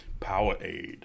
Powerade